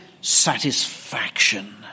satisfaction